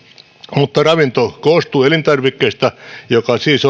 mutta ravinto koostuu elintarvikkeista jotka siis